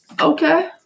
Okay